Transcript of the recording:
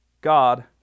God